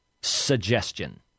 suggestion